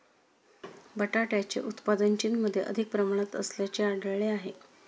बटाट्याचे उत्पादन चीनमध्ये अधिक प्रमाणात असल्याचे आढळले आहे